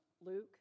Luke